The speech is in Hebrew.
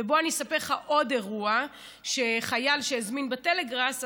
ובוא אני אספר לך עוד אירוע: חייל שהזמין בטלגראס,